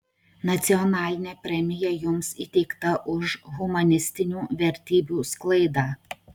nacionalinė premija jums įteikta už humanistinių vertybių sklaidą